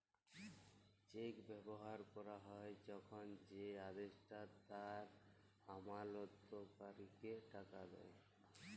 check ব্যবহার ক্যরা হ্যয় যখল যে আদেষ্টা তার আমালতকারীকে টাকা দেয়